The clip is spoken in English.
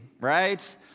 right